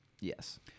Yes